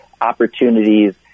opportunities